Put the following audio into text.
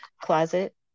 closet